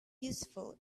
useful